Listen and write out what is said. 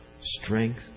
strength